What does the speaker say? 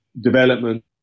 development